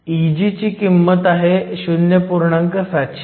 Eg ची किंमत 0